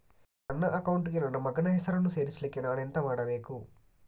ನನ್ನ ಅಕೌಂಟ್ ಗೆ ನನ್ನ ಮಗನ ಹೆಸರನ್ನು ಸೇರಿಸ್ಲಿಕ್ಕೆ ನಾನೆಂತ ಮಾಡಬೇಕು?